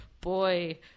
Boy